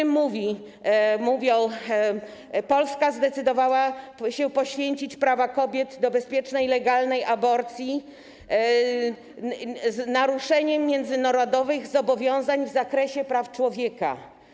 Mówią w nim: Polska zdecydowała się poświęcić prawa kobiet do bezpiecznej, legalnej aborcji z naruszeniem międzynarodowych zobowiązań w zakresie praw człowieka.